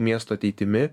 miesto ateitimi